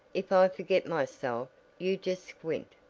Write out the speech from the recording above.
if i forget myself you just squint,